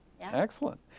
excellent